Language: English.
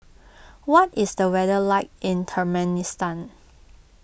what is the weather like in Turkmenistan